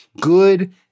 good